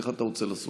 איך אתה רוצה לעשות?